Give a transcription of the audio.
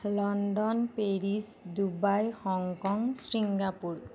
London Paris Dubai Hong Kong Singapore